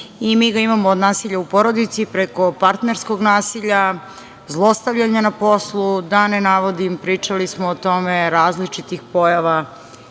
Mi ga imamo od nasilja u porodici, preko partnerskog nasilja, zlostavljanja na poslu, da ne navodim, pričali smo o tome, različitih pojava